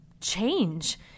change